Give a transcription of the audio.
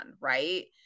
right